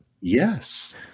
Yes